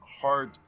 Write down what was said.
hard